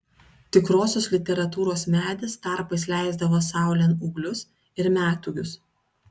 tikrosios literatūros medis tarpais leisdavo saulėn ūglius ir metūgius